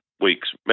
weeks